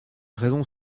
raisons